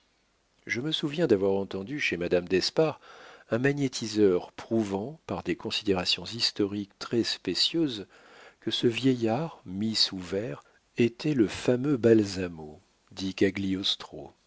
je me souviens d'avoir entendu chez madame d'espard un magnétiseur prouvant par des considérations historiques très spécieuses que ce vieillard mis sous verre était le fameux basalmo